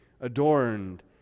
adorned